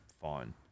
fine